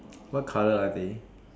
what colour are they